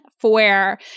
for-